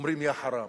אומרים: "יא-חראם".